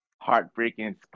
heartbreaking